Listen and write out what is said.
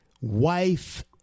wife